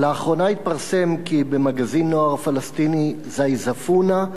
לאחרונה התפרסם כי במגזין-נוער פלסטיני "זאיזפונה"